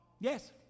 Yes